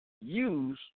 use